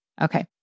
Okay